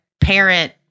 parent